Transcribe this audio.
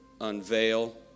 unveil